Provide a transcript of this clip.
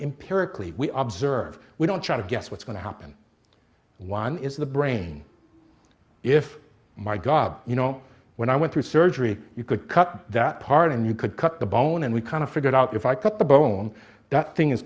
empirically we obs oeuvre we don't try to guess what's going to happen one is the brain if my god you know when i went through surgery you could cut that part and you could cut the bone and we kind of figured out if i cut the bone that thing is